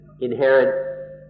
inherent